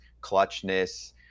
clutchness